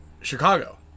Chicago